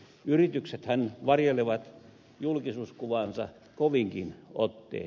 yrityksethän varjelevat julkisuuskuvaansa kovinkin ottein